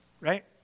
right